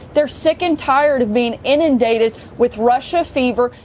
they're sick and tired of being inundated with russia fever.